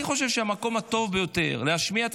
אני חושב שהמקום הטוב ביותר להשמיע את